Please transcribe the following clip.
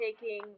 taking